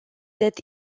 that